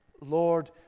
Lord